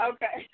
Okay